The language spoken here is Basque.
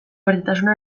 berdintasuna